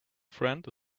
friend